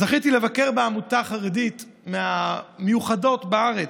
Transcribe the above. זכיתי לבקר בעמותה חרדית מהמיוחדות בארץ,